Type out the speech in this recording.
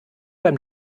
beim